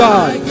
God